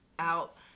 Out